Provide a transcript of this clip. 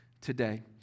today